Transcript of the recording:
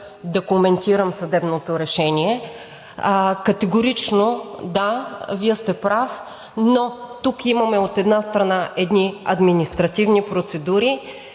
да коментирам съдебното решение. Категорично, да, Вие сте прав, но тук имаме, от една страна, едни административни процедури,